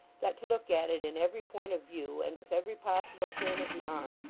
that to look at it in every point of view and with every possible turn of the arm,